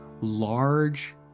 large